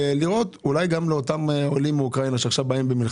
אולי ניתן לדאוג